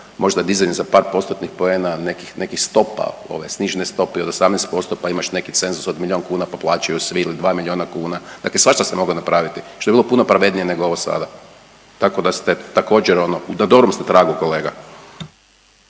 možda dizanje za par postotnih poena nekih stopa, ove snižene stope od 18% pa imaš neki cenzus od milijun kuna pa plaćaju svi ili dva milijuna kuna. Dakle, svašta se moglo napraviti što je bilo puno pravednije nego ovo sada. Tako da ste također ono na dobrom ste tragu kolega.